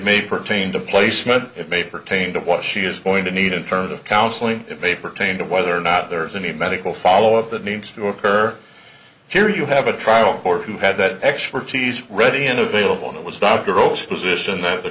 may pertain to placement it may pertain to what she is going to need in terms of counseling it may pertain to whether or not there is any medical follow up that needs to occur here you have a trial court who had that expertise ready and available and it was not gross position that the